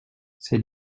c’est